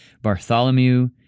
Bartholomew